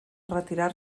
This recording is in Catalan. retirar